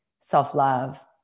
self-love